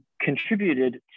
contributed